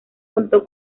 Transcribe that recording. contó